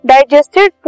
Digested